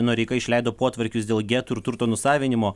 noreika išleido potvarkius dėl getų ir turto nusavinimo